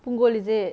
punggol is it